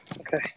Okay